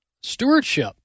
stewardship